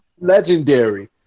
legendary